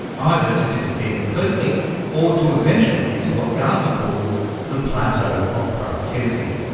either to disappear completely or to eventually enter what gartner calls the plateau of productivity.